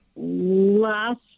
last